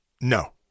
No